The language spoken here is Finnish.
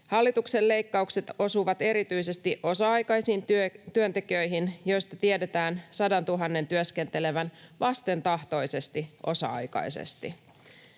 Hallituksen leikkaukset osuvat erityisesti osa-aikaisiin työntekijöihin, joista tiedetään 100 000:n työskentelevän vastentahtoisesti osa-aikaisesti.